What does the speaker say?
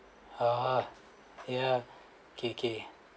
ah ya okay okay